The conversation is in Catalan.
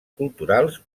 culturals